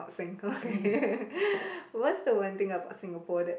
sing okay what's the one thing about Singapore that